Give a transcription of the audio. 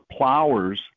plowers